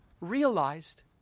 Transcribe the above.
realized